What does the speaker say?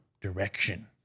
direction